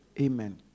Amen